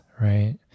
right